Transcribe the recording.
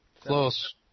close